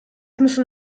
müssen